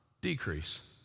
decrease